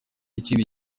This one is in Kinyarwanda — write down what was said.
ikindi